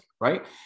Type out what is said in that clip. right